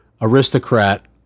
aristocrat